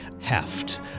heft